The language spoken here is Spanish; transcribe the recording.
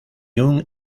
una